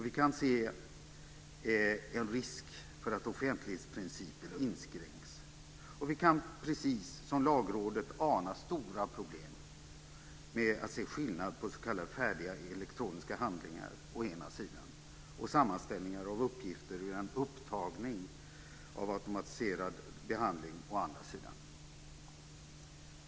Vi kan se en risk för att offentlighetsprincipen inskränks, och vi kan, precis som Lagrådet, ana stora problem med att se skillnad på s.k. färdiga elektroniska handlingar å ena sidan och sammanställningar av uppgifter ur en upptagning av automatiserad behandling å andra sidan.